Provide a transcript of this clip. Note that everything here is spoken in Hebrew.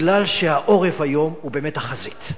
משום שהעורף היום הוא באמת החזית.